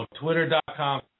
twitter.com